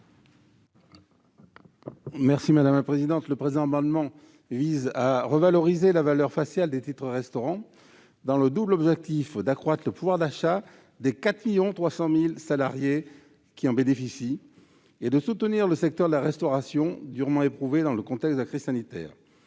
M. Claude Nougein. Le présent amendement vise à revaloriser la valeur faciale des titres-restaurants, dans le double objectif d'accroître le pouvoir d'achat des 4,3 millions de salariés qui en bénéficient, et de soutenir le secteur de la restauration, durement éprouvé dans le contexte de la crise sanitaire.